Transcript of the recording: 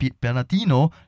Bernardino